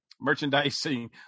merchandising